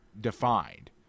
defined